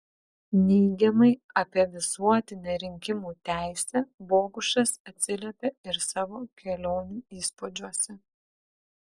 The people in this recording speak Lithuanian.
neigiamai apie visuotinę rinkimų teisę bogušas atsiliepė ir savo kelionių įspūdžiuose